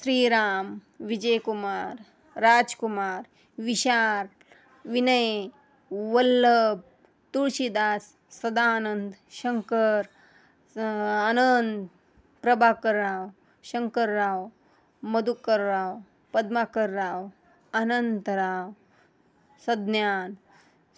श्रीराम विजयकुमार राजकुमार विशाल विनय वल्लभ तुळशीदास सदानंद शंकर स आनंद प्रभकरराव शंकरराव मदुकरराव पद्माकरराव अनंतराव सज्ञान